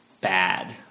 bad